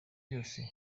byose